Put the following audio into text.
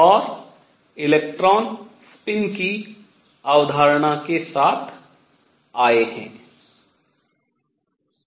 और electron spin की अवधारणा के साथ आए हैं